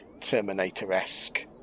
Terminator-esque